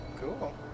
cool